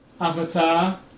Avatar